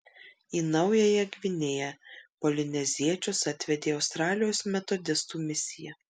į naująją gvinėją polineziečius atvedė australijos metodistų misija